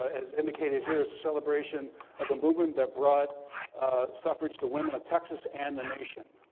as indicated here, is a celebration of the movement that brought suffrage to women of texas and the nation.